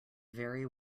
very